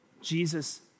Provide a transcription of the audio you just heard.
Jesus